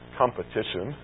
competition